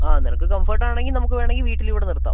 ആ നിനക്ക് കംഫർട്ട് ആണെങ്കിൽ നമുക്ക് വേണെങ്കിൽ വീട്ടിൽ ഇവിടെ നിർത്താം